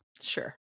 Sure